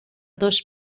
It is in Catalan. dos